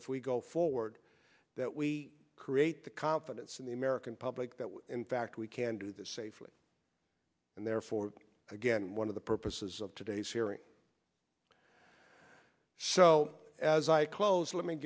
if we go forward that we create the confidence in the american public that in fact we can do this safely and therefore again one of the purposes of today's hearing so as i close let me